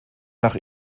nach